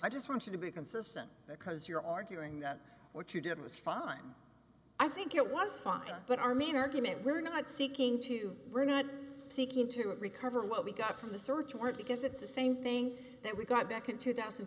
i just want you to be consistent because you're arguing that what you did was fine i think it was fine but our main argument we're not seeking to we're not seeking to recover what we got from the search warrant because it's the same thing that we got back in two thousand